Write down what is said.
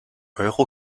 euro